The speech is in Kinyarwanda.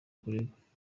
kurega